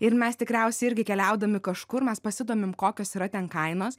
ir mes tikriausiai irgi keliaudami kažkur mes pasidomim kokios yra ten kainos